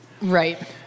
Right